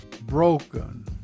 Broken